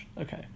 Okay